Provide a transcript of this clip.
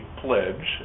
pledge